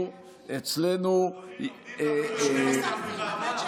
אבל לומדים, לומדים אפילו יותר מבעבר.